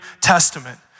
Testament